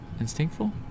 instinctful